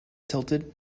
tilted